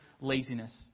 laziness